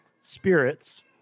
spirits